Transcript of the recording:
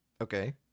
Okay